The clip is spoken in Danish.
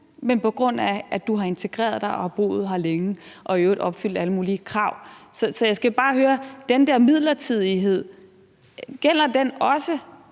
men på grund af at du har integreret dig og har boet her længe og du i øvrigt har opfyldt alle mulige krav. Så jeg skal bare høre, om den der midlertidighed ifølge ministeren også